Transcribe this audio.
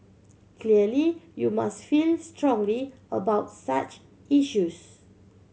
clearly you must feel strongly about such issues